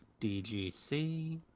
DGC